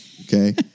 Okay